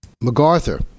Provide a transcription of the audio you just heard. MacArthur